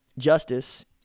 justice